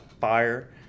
fire